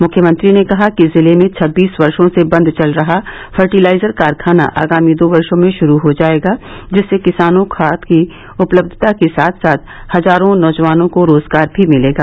मुख्यमंत्री ने कहा कि जिले में छबीस वर्षो से बन्द चल रहा फर्टिलाइजर कारखाना आगामी दो वर्षो में शुरू हो जायेगा जिससे किसानों को खाद की उपलब्यता के साथ साथ हजारो नौजवानों को रोजगार भी मिलेगा